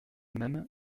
même